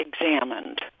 examined